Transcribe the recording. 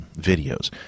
videos